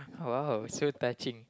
!wow! so touching